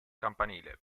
campanile